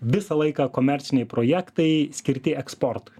visą laiką komerciniai projektai skirti eksportui